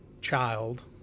child